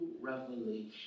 revelation